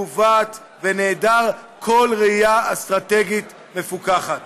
מעוות ונעדר כל ראייה אסטרטגית מפוכחת.